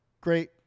Great